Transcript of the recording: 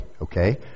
Okay